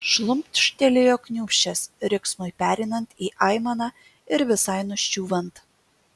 šlumštelėjo kniūbsčias riksmui pereinant į aimaną ir visai nuščiūvant